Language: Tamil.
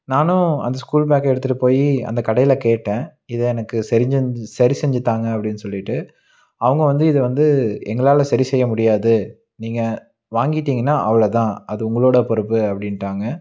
நானும் அந்த ஸ்கூல் பேக்கை எடுத்துகிட்டு போய் அந்த கடையில் கேட்டேன் இது எனக்கு சரி செஞ்சு சரி செஞ்சு தாங்க அப்படின்னு சொல்லிட்டு அவங்க வந்து இதை வந்து எங்களால் சரி செய்ய முடியாது நீங்கள் வாங்கிட்டிங்னால் அவ்வளோதான் அது உங்களோடய பொறுப்பு அப்படின்ட்டாங்க